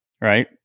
right